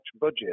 budget